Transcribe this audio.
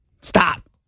Stop